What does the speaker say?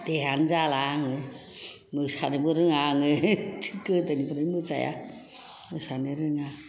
देहायानो जाला आङो मोसानोबो रोङा आङो गोदोनिफ्रायनो मोसाया मोसानो रोङा